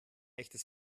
echtes